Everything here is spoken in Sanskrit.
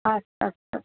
अस्तु अस्तु